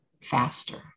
faster